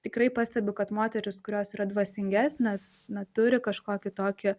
tikrai pastebiu kad moterys kurios yra dvasingesnės na turi kažkokį tokį